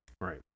right